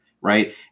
right